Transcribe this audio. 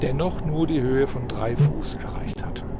dennoch nur die höhe von drei fuß erreicht hatten